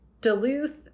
Duluth